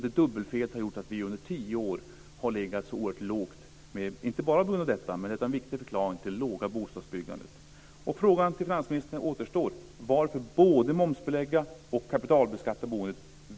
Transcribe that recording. Det dubbelfelet har gjort att vi under tio år har legat oerhört lågt när det gäller bostadsbyggandet. Det beror inte bara på det, men det är en viktig förklaring. Frågan till finansministern kvarstår: Varför både momsbelägga och kapitalbeskatta boendet?